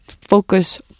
focus